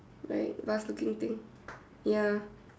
right vase looking thing ya